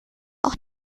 auch